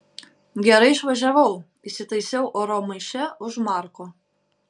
gerai išvažiavau įsitaisiau oro maiše už marko